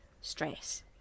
stress